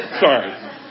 Sorry